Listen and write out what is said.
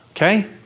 Okay